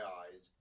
eyes